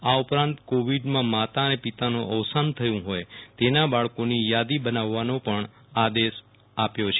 આ ઉપરાંત કોવિડમાં માતા પિતા નું અવસાન થયું હોય તેના બાળકોની યાદી બનાવવાનો પણ આદેશ આપ્યો છે